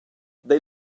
they